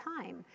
time